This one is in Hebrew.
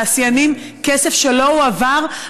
לתעשיינים, כסף שלא הועבר.